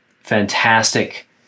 fantastic